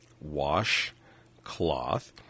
Washcloth